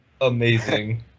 amazing